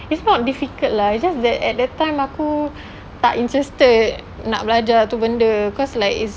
it's not difficult lah it's just that at that time aku tak interested nak belajar tu benda cause like it's